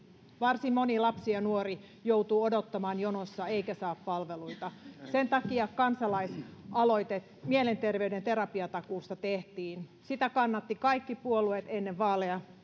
varsin moni lapsi ja nuori joutuu odottamaan jonossa eikä saa palveluita sen takia kansalaisaloite mielenterveyden terapiatakuusta tehtiin sitä kannattivat kaikki puolueet ennen vaaleja